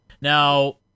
Now